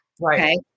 Right